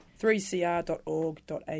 3cr.org.au